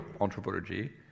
anthropology